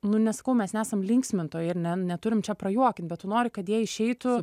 nu nesakau mes nesam linksmintojai ir ne neturim čia prajuokint bet tu nori kad jie išeitų